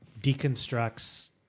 deconstructs